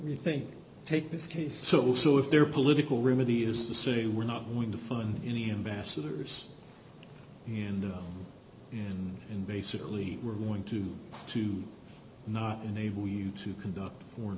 we think take this case so so if their political remedy is to say we're not going to fund any ambassadors and basically we're going to to not enable you to conduct foreign